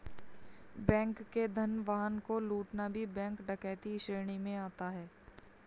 bank के धन वाहन को लूटना भी बैंक डकैती श्रेणी में आता है